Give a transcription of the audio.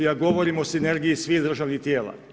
Ja govorim o sinergiji svih državnih tijela.